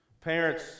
Parents